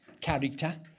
character